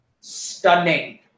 Stunning